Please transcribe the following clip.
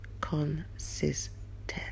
consistent